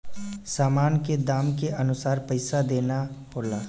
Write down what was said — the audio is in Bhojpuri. सामान के दाम के अनुसार पइसा देना होला